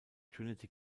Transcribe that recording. trinity